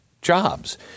jobs